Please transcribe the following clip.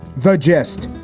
the geste.